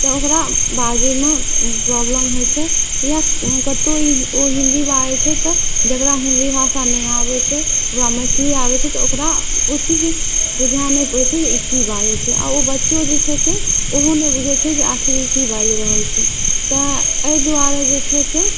तऽ ओकरा बाजैमे प्रॉब्लम होइ छै या कतहु ओ हिन्दी बाजै छै तऽ जकरा हिन्दी भाषा नहि आबै छै ओकरा मैथिली आबै छै तऽ ओकरा ओ चीज बुझै नहि पड़ै छै कि ई की बाजै छै आओर ओ बच्चो जे छै से ओहो नहि बुझै छै जे आखिर ई की बाजि रहल छै तेँ एहि दुआरे जे छै से